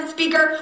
Speaker